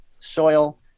soil